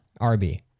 RB